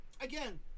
Again